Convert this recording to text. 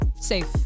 Safe